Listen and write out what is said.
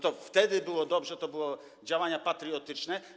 To wtedy było dobrze, to było działania patriotyczne.